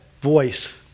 voice